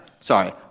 Sorry